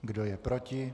Kdo je proti?